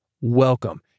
welcome